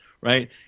right